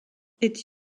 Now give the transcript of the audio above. est